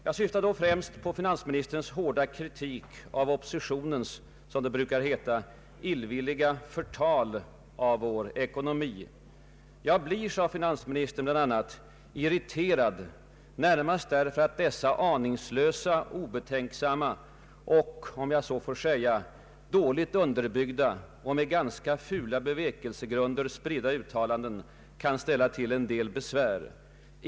Jag syftar då främst på finansministerns hårda kritik av oppositionens, som det brukar heta, ”illvilliga förtal” av vår ekonomi. ”Jag blir”, sade finansministern bl.a., ”irriterad närmast därför att dessa aningslösa, obetänksamma och, om jag så får säga, dåligt underbyggda och med ganska fula bevekelsegrunder spridda uttalanden kan ställa till en del besvär.